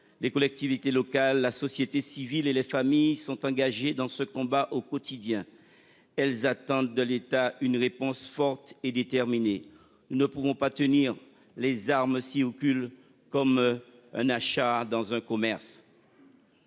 les collectivités locales, la société civile et les familles sont engagés dans ce combat au quotidien. Elles attendent de l'État une réponse forte et déterminée ne pourront pas tenir les armes si aucune comme un achat dans un commerce.